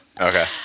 Okay